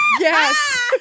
yes